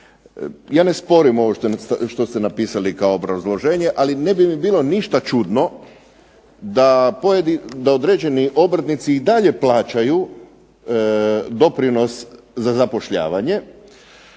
Ja ne sporim ovo što ste napisali kao obrazloženje, ali ne bi mi bilo ništa čudno da određeni obrtnici i dalje plaćaju doprinos za zapošljavanje